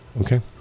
okay